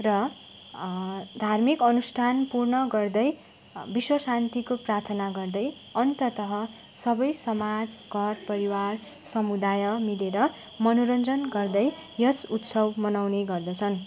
र धार्मिक अनुष्ठान पूर्ण गर्दै विश्व शान्तिको प्रार्थना गर्दै अन्ततः सबै समाज घर परिवार समुदाय मिलेर मनोरञ्जन गर्दै यस उत्सव मनाउने गर्दछन्